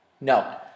No